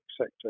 sector